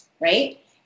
right